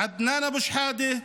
עדנאן אבו שחאדה,